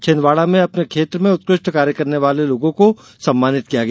छिंदवाड़ा में अपने क्षेत्र में उत्कृष्ट कार्य करने वाले लोगों को सम्मानित किया गया